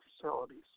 facilities